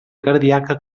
cardíaca